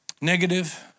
Negative